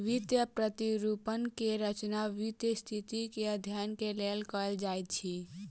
वित्तीय प्रतिरूपण के रचना वित्तीय स्थिति के अध्ययन के लेल कयल जाइत अछि